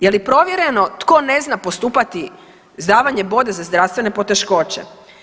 Je li provjereno tko ne zna postupati s davanjem boda za zdravstvene poteškoće?